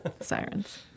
sirens